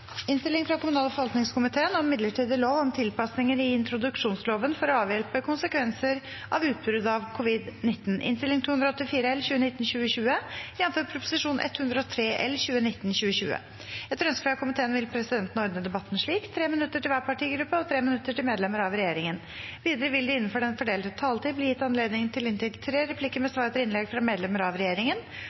forvaltningskomiteen vil presidenten ordne debatten slik: 3 minutter til hver partigruppe og 3 minutter til medlemmer av regjeringen. Videre vil det – innenfor den fordelte taletid – bli gitt anledning til inntil tre replikker med svar etter innlegg fra medlemmer av regjeringen,